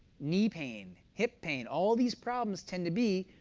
knee pain, hip pain all these problems tend to be,